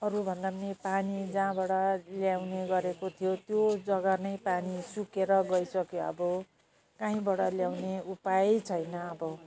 अरू भन्दा पनि पानी जहाँबाट ल्याउने गरेको थियो त्यो जगा नै पानी सुकेर गइसक्यो अब काहीँबाट ल्याउने उपाय छैन अब